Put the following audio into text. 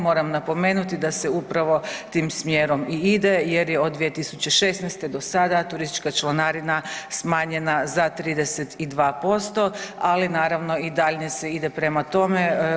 Moram napomenuti da se upravo tim smjerom i ide jer je od 2016. do sada turistička članarina smanjenje za 32%, ali naravno i dalje se ide prema tome.